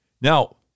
Now